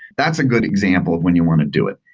that's a good example of when you want to do it.